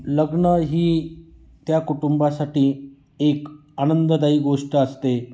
लग्न ही त्या कुटुंबासाठी एक आनंददायी गोष्ट असते